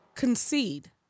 concede